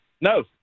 No